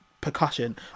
percussion